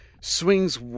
Swings